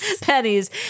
Pennies